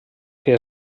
que